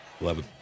eleven